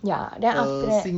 ya then after that